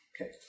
Okay